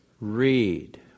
read